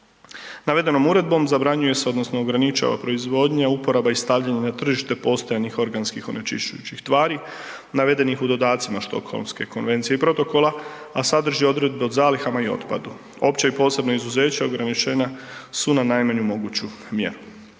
Navedenom Uredbom zabranjuje se, odnosno ograničava proizvodnja, uporaba i stavljanje na tržište postojanih organskih onečišćujućih tvari navedenih u dodacima Štokholmske konvencije i Protokola, a sadrži odredbe o zalihama i otpadu. Opće i posebno izuzeće ograničena su na najmanju moguću mjeru.